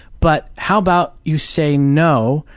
but how about you say, no.